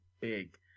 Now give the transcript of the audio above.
big